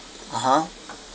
(uh huh)